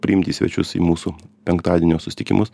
priimti į svečius į mūsų penktadienio susitikimus